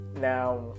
Now